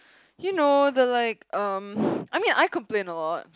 you know the like um I mean I complain a lot